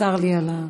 צר לי.